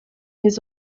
his